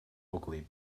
ugly